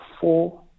four